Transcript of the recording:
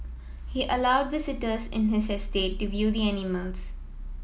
he allowed visitors in his estate to view the animals